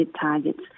targets